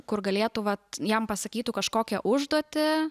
kur galėtų vat jam pasakytų kažkokią užduotį